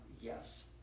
yes